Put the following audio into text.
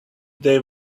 they